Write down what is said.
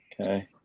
Okay